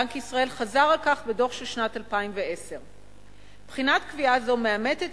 בנק ישראל חזר על כך בדוח של שנת 2010. בחינת קביעה זו מאמתת